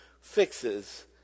fixes